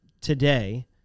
today